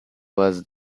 was